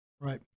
Right